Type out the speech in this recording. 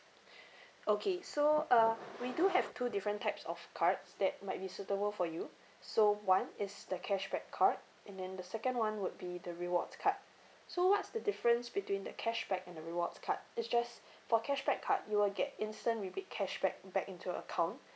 okay so uh we do have two different types of cards that might be suitable for you so one is the cashback card and then the second one would be the rewards card so what's the difference between the cashback and the rewards card it's just for cashback card you will get instant rebate cashback back into your account